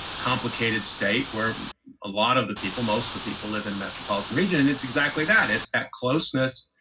complicated state where a lot of the people most that people live in metropolitan region. and it's exactly that. it's that closeness.